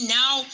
now